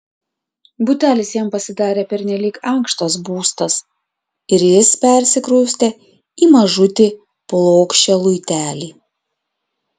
butelis jam pasidarė pernelyg ankštas būstas ir jis persikraustė į mažutį plokščią luitelį